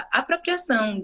apropriação